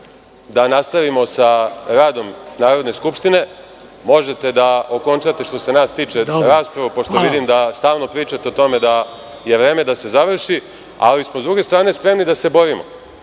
Da nastavimo sa radom Narodne skupštine. Možete da okončate što se nas tiče raspravu, pošto vidim da stalno pričate o tome da je vreme da se završi, ali smo s druge strane spremni da se borimo. Ja